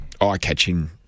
eye-catching